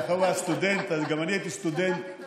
אבי דיכטר (הליכוד): אדוני היושב-ראש,